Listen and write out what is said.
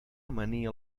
amanir